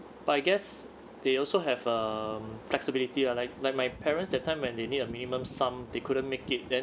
but I guess they also have um flexibility uh like like my parents that time when they need a minimum sum they couldn't make it then